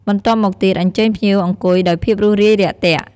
បន្ទាប់មកទៀតអញ្ជើញភ្ញៀវអង្គុយដោយភាពរួសរាយរាក់ទាក់។